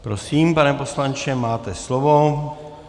Prosím, pane poslanče, máte slovo.